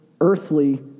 earthly